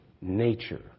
nature